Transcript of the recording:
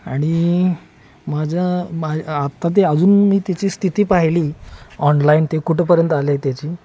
आणि माझं मा आत्ता ते अजून मी त्याची स्थिती पाहिली ऑनलाईन ते कुठेपर्यंत आलं आहे त्याची